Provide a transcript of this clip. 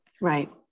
right